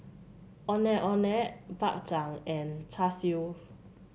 Ondeh Ondeh Bak Chang and Char Siu